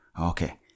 Okay